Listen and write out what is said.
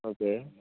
okay